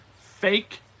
Fake